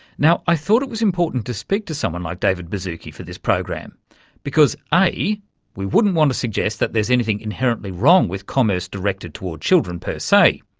now, i thought it was important to speak to someone like david baszucki for this program because we wouldn't want to suggest that there's anything inherently wrong with commerce directed toward children per se.